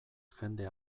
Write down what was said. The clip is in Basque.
jende